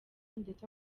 ndetse